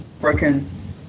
broken